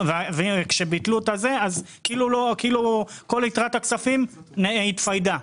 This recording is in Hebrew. כשביטלו את זה אז כאילו כל יתרת הכספים התאיידה.